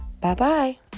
Bye-bye